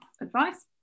Advice